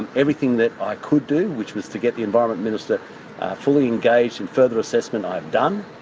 and everything that i could do which was to get the environment minister fully engaged in further assessment, i have done.